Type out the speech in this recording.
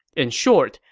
in short,